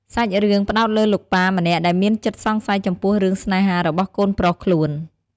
សាច់រឿងផ្តោតលើលោកប៉ាម្នាក់ដែលមានចិត្តសង្ស័យចំពោះរឿងស្នេហារបស់កូនប្រុសខ្លួន។